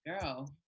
girl